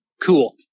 cool